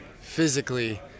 physically